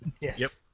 Yes